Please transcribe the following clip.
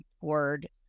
word